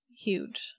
huge